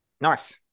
Nice